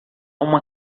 uma